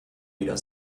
wieder